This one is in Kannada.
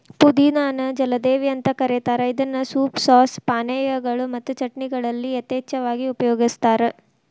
ಪುದಿನಾ ನ ಜಲದೇವಿ ಅಂತ ಕರೇತಾರ ಇದನ್ನ ಸೂಪ್, ಸಾಸ್, ಪಾನೇಯಗಳು ಮತ್ತು ಚಟ್ನಿಗಳಲ್ಲಿ ಯಥೇಚ್ಛವಾಗಿ ಉಪಯೋಗಸ್ತಾರ